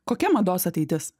kokia mados ateitis